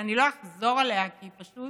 שאני לא אחזור עליה, כי היא פשוט